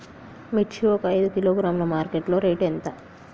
మిర్చి ఒక ఐదు కిలోగ్రాముల మార్కెట్ లో రేటు ఎంత?